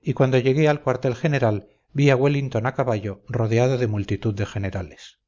y cuando llegué al cuartel general vi a wellington a caballo rodeado de multitud de generales